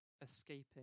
escaping